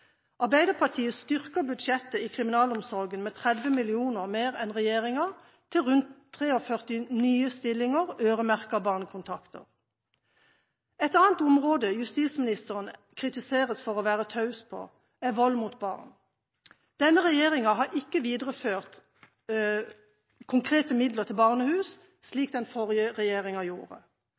Arbeiderpartiet styrker budsjettet i kriminalomsorgen med 30 mill. kr mer enn regjeringa – til rundt 43 nye stillinger øremerket barnekontakter. Et annet område justisministeren kritiseres for å være taus på, er når det gjelder vold mot barn. Denne regjeringa har ikke videreført konkrete midler til barnehus slik den forrige regjeringa gjorde.